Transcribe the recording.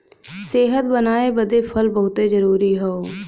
सेहत बनाए बदे फल बहुते जरूरी हौ